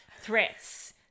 threats